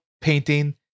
painting